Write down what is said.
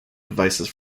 devices